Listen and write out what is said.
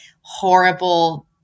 horrible